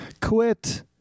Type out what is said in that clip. Quit